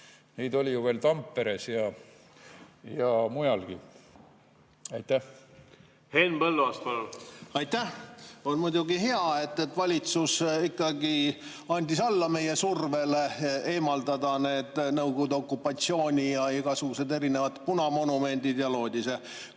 Neid oli ju veel Tamperes ja mujalgi. Henn Põlluaas, palun! Henn Põlluaas, palun! Aitäh! On muidugi hea, et valitsus ikkagi andis alla meie survele eemaldada need Nõukogude okupatsiooni ja igasugused muud erinevad punamonumendid ja loodi